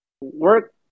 work